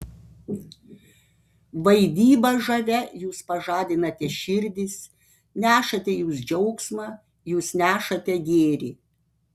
vaidyba žavia jūs pažadinate širdis nešate jūs džiaugsmą jūs nešate gėrį